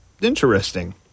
Interesting